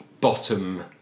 bottom